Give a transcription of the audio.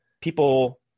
people